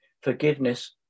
Forgiveness